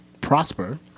prosper